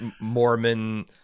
Mormon